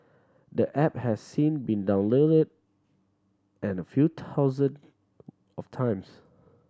the app has since been downloaded and a few thousand of times